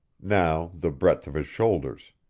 now the breadth of his shoulders.